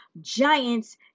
giants